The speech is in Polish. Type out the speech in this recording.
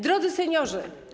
Drodzy Seniorzy!